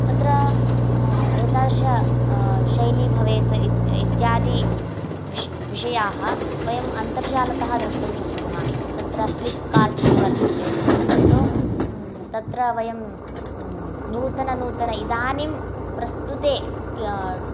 तत्र एतादृश शैली भवेत् इत्यादि विष् विषयाः वयं अन्तर्जालतः द्रष्टुं शक्नुमः तत्र फ़्लिप्कार्ट् इति वर्तते किन्तु तत्र वयं नूतननूतन इदानीं प्रस्तुते